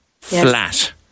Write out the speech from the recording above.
flat